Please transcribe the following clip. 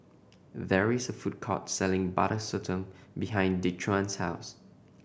there is a food court selling Butter Sotong behind Dequan's house